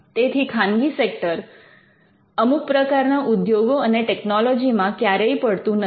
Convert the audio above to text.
તેથી ખાનગી સેક્ટર અમુક પ્રકારના ઉદ્યોગો અને ટેકનોલોજીમાં ક્યારેય પડતું નથી